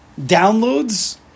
downloads